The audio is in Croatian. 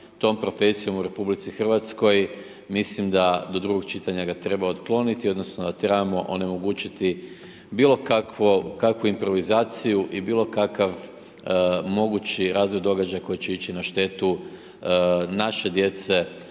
tom profesijom u RH, mislim da do drugo čitanja ga treba otkloniti odnosno da trebamo onemogućiti bilokakvu improvizaciju i bilokakav mogući razvoj događaja koji će ići na štetu naše djece